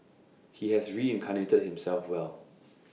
he has reincarnated himself well